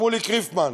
שמוליק ריפמן,